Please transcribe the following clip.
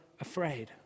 afraid